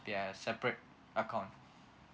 they have separate account